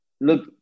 look